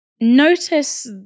Notice